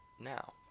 now